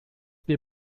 wir